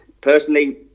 personally